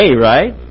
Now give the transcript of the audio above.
right